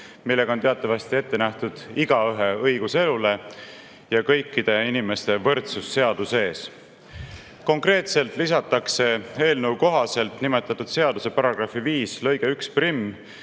millega on teatavasti ette nähtud igaühe õigus elule ja kõikide inimeste võrdsus seaduse ees. Konkreetselt lisatakse eelnõu kohaselt nimetatud seaduse § 5 lõige 11,